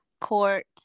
Court